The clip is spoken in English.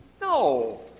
No